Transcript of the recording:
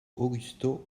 augusto